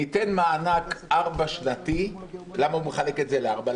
ניתן מענק ארבע שנתי - למה הוא מחלק את זה לארבע,